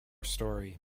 story